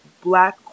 black